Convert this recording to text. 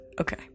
okay